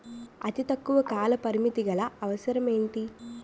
అతి తక్కువ కాల పరిమితి గల అవసరం ఏంటి